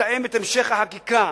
לתאם את המשך החקיקה.